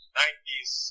90s